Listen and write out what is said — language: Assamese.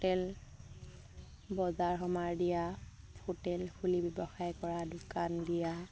হোটেল বজাৰ সমাৰ দিয়া হোটেল খুলি ব্যৱসায় কৰা দোকান দিয়া